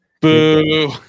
Boo